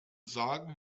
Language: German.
sagen